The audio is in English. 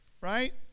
right